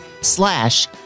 slash